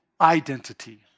identity